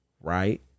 right